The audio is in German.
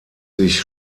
sich